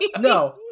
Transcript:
No